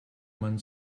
man